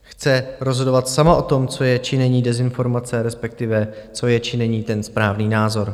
Chce rozhodovat sama o tom, co je, či není dezinformace, respektive co je, či není ten správný názor.